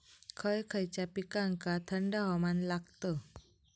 खय खयच्या पिकांका थंड हवामान लागतं?